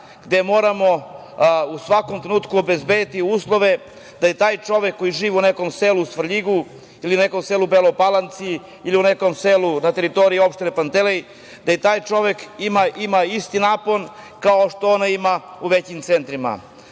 gde moramo u svakom trenutku obezbediti uslove da i taj čovek koji živi u nekom selu u Svrljigu ili nekom selu u Beloj Palanci ili nekom selu na teritoriji opštine Pantelej, da i taj čovek ima isti napon kao što ima onaj u većim centrima.